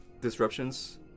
disruptions